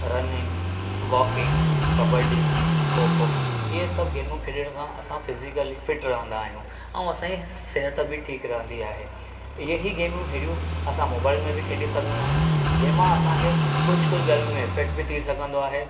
running walking kabaddi kho kho हीअं सभु गेमू खेॾण खां असां फिज़िकली फ़िट रहंदा आहियूं ऐं असांजे सिहत बि ठीकु रहंदी आहे यही गेमू हेॾियूं असां मोबाइल में बि खेॾी सघंदा आहियूं जंहिं मां असांखे कुझु कुझु ॻाल्हियुनि में इफैक्ट बि थी सघंदो आहे